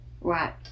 Right